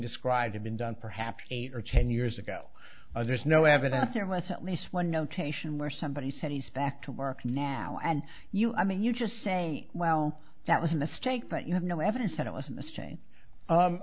described had been done perhaps eight or ten years ago there's no evidence or less at least one notation where somebody said he's back to work now and you i mean you just say well that was a mistake but you have no evidence that it was